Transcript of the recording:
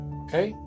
okay